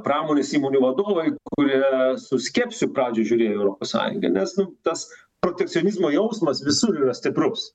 pramonės įmonių vadovai kurie su skepsiu pradžioj žiūrėjo į europos sąjungą nes nu tas protekcionizmo jausmas visur yra stiprus